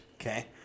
Okay